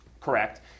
correct